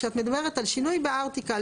כשאת מדברת על שינוי בארטיקל,